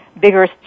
bigger